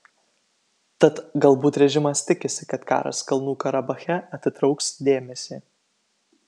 tad galbūt režimas tikisi kad karas kalnų karabache atitrauks dėmesį